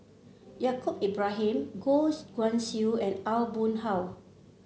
Yaacob Ibrahim Goh Guan Siew and Aw Boon Haw